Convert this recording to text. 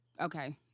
okay